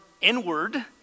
inward